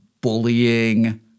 bullying